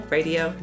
Radio